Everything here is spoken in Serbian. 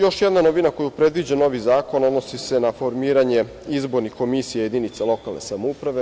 Još jedna novina koju predviđa novi zakon odnosi se na formiranje izbornih komisija jedinica lokalne samouprave.